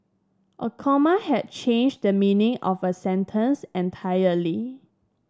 a comma had change the meaning of a sentence entirely